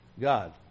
God